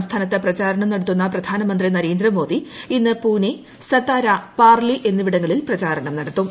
സംസ്ഥാനത്ത് പ്രചാരണം നടത്തുന്ന പ്രധാനമന്ത്രി നരേന്ദ്ര മോദിഇന്ന് പൂനെ സത്താര പാർലി എന്നിവിടങ്ങളിൽ പ്രചാരണം നടത്തും